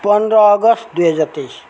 पन्ध्र अगस्त दुई हजार तेइस